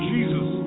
Jesus